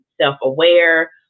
self-aware